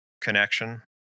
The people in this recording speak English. connection